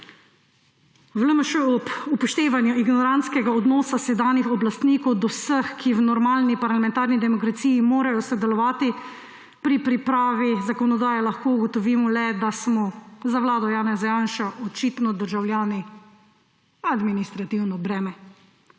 pa v LMŠ ob upoštevanju ignorantskega odnosa sedanjih oblastnikov do vseh, ki v normalno parlamentarni demokraciji morajo sodelovati pri pripravi zakonodaje, lahko ugotovimo le, da smo za vlado Janeza Janše očitno državljani administrativno breme.